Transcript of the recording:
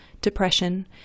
depression